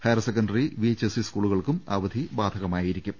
higher secondary V H S E സ്കൂളുകൾക്കും അവധി ബാധകമാ യിരിക്കും